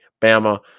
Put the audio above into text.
Bama